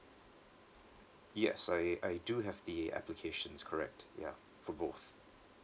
yes I I do have the applications correct yeah for both